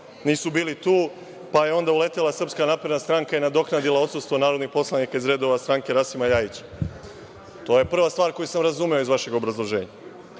nisu bili tu, pa je onda uletala Srpska napredna stranka i nadoknadila odsustvo narodnih poslanika iz redova stranke Rasima LJajića. To je prva stvar koju sam razumeo iz vašeg obrazloženja. Druga